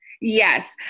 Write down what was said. Yes